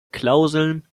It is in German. klauseln